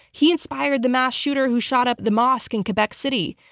he inspired the mass shooter who shot up the mosque in quebec city.